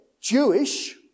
Jewish